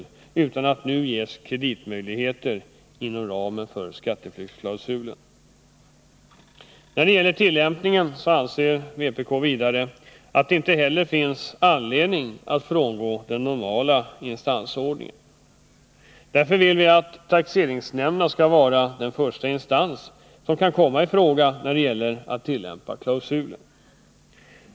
De skall inte nu också inom ramen för skatteflyktsklausulen ges kreditmöjligheter. Vpk anser att det inte heller finns anledning att frångå den normala instansordningen. Därför vill vi att taxeringsnämnden skall vara den första instans som kan komma i fråga när det gäller att tillämpa klausulen.